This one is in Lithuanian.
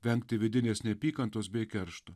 vengti vidinės neapykantos bei keršto